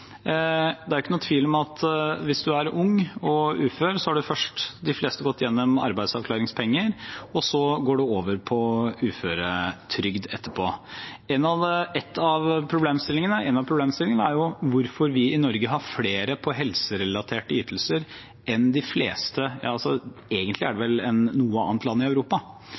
hvis man er ung og ufør, så har de fleste først gått på arbeidsavklaringspenger og så over på uføretrygd etterpå. En av problemstillingene er jo hvorfor vi i Norge har flere på helserelaterte ytelser enn de fleste andre land i Europa, ja, vel egentlig noe annet land i Europa.